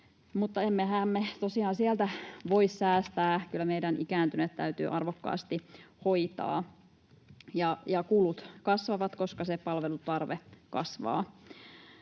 Mutta emmehän me tosiaan sieltä voi säästää, vaan kyllä meidän ikääntyneet täytyy arvokkaasti hoitaa, ja kulut kasvavat, koska se palvelutarve kasvaa.